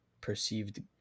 perceived